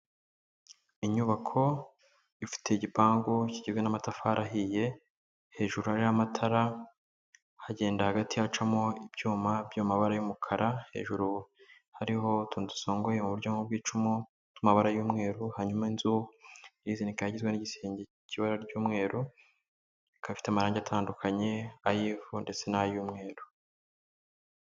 Inyubako ifite igipangu kigizwe n'amatafari ahiye, hejuru hariho amatara hagenda hagati hacamo ibyuma byamabara y'umukara, hejuru hariho utuntu dusongoye mu buryo bw'icumu n'amabara y'umweru, hanyuma inzu ikaba igizwe n'igisenge cy'ibara ry'umweru, ikaba ifite amarangi atandukanye ay'ivu ndetse n'ay'umweru.